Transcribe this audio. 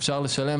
אפשר לשלם,